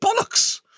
bollocks